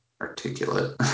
articulate